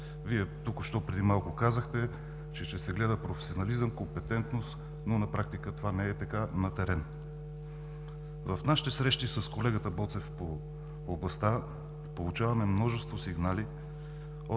Вие току-що преди малко казахте, че ще се гледа професионализъм, компетентност, но на практика това не е така на терен. В нашите срещи с колегата Боцев по областта получаваме множество сигнали